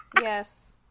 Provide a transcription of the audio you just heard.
Yes